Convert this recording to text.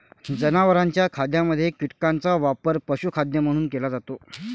जनावरांच्या खाद्यामध्ये कीटकांचा वापर पशुखाद्य म्हणून केला जातो